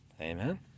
amen